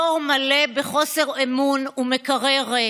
בור מלא בחוסר אמון ומקרר ריק.